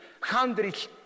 Hundreds